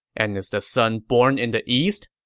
and is the sun born in the east?